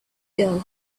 girl